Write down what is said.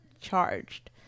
charged